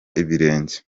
ibirenge